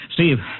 Steve